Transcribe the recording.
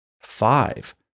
Five